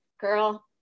girl